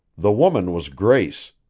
the woman was grace,